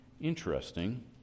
interesting